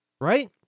Right